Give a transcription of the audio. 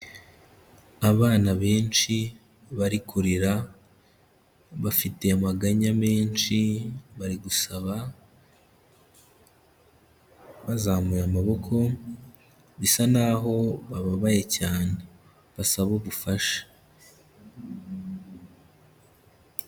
Abana benshi bari kurira, bafite amaganya menshi bari gusaba bazamuye amaboko, bisa naho bababaye cyane basaba ubufasha.